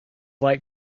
like